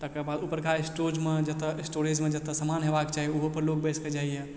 तकरबाद उपरका स्टोजमे जतऽ स्टोरेजमे जतऽ सामान हेबाके चाही उहोपर लोग बसि कऽ जाइए